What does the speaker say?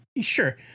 sure